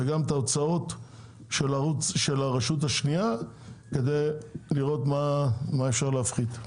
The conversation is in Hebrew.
וגם את ההוצאות של הרשות השנייה כדי לראות מה אפשר להפחית.